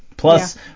Plus